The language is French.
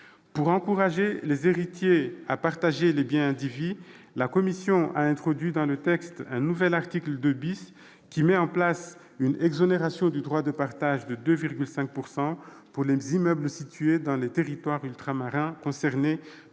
Pour encourager les héritiers à partager les biens indivis, elle a introduit dans le texte un nouvel article 2 , tendant à mettre en place une exonération du droit de partage de 2,5 % pour les immeubles situés dans les territoires ultramarins concernés